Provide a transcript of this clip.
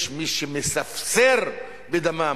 יש מי שמספסר בדמם.